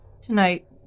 tonight